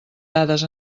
dades